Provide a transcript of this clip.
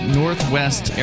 northwest